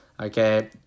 Okay